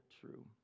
true